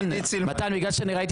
סילמן או אחרי ניר אורבך?